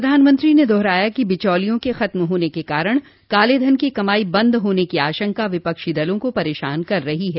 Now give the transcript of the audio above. प्रधानमंत्री ने दोहराया कि बिचौलियों के खत्म होने के कारण कालेधन की कमाई बंद होने की आशंका विपक्षी दलों को परेशान कर रही है